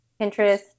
Pinterest